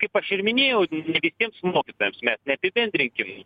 kaip aš ir minėjau ne visiems mokytojams mes neapibendrinkim